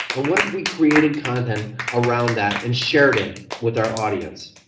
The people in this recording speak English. and what if we created content around that and shared it with our audience.